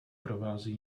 provází